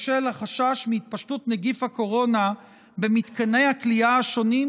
בשל החשש מהתפשטות נגיף הקורונה במתקני הכליאה השונים,